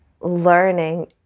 learning